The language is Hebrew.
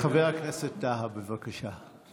הייתי מבקש מכם דבר אחד: נא לעכל,